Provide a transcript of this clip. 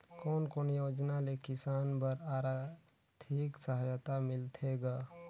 कोन कोन योजना ले किसान बर आरथिक सहायता मिलथे ग?